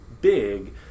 big